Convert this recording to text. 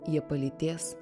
jie palytės